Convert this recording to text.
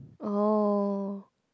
oh